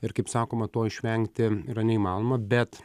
ir kaip sakoma to išvengti yra neįmanoma bet